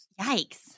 Yikes